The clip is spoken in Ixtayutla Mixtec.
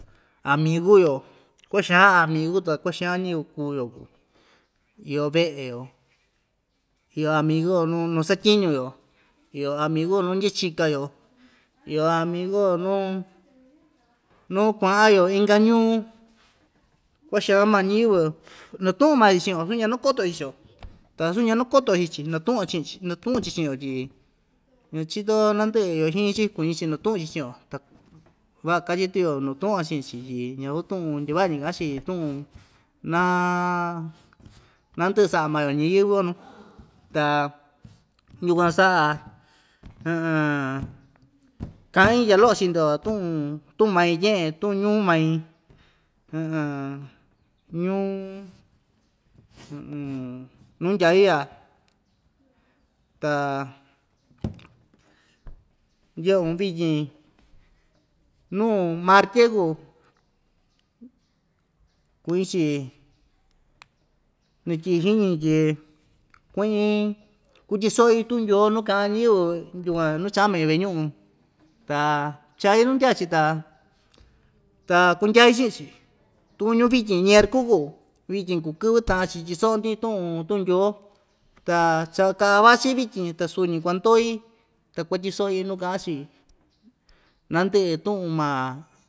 Amigu‑yo kua'a xan amigu ta kua'a xan ñɨvɨ kuu‑yo kuu iyo ve'e‑yo iyo amigu‑yo nu nusatyiñu‑yo iyo amigu‑yo nuu ndyachika‑yo iyo amigu‑yo nuu nu kua'an‑yo inka ñuu kua'a xan maa ñɨvɨ natu'un maa‑chi chi'in‑yo vasu ñanakoto‑chi chiio ta asu ñanakoto‑yo chii‑chi natu'un‑yo chi'in‑chi natu'un‑chi chi'in‑yo tyi ñachito‑yo nandɨ'ɨ iyo xiñi‑chi kuñi‑chi natu'un‑chi chi'in‑yo ta ku va'a katyi tu‑yo natu'un‑yo chi'in‑chi tyi ñasu tu'un ndyava'a‑ñi ka'an‑chi tu'un naa na ndɨ'ɨ sa'a ma‑yo ñiyɨvɨ‑yo nuu ta yukuan sa'a ka'in tya lo'o chii‑ndo tu'un tu'un mai tye'en tu'un ñuu mai ñuu nuu ndyai ya ta ndye'un vityin nuu martye kuu kuñi‑chi nityi'i xiñi tyi ku'in kutyiso'i tu'un ndyoo nu ka'an ñɨvɨ yukuan nuu cha'an mai ve'e ñu'un ta chaai nuu ndyaa‑chi ta ta kundyai chi'in‑chi tukuñu vityin ñerku kuu vityin kuu kɨvɨ ta'an‑chi tyiso'o‑ndi tu'un tu'un ndyoo ta cha ka'a vachi vityin ta suñi kuandoi ta kuatyiso'i nuu ka'an‑chi nandɨ'ɨ tu'un maa.